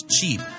cheap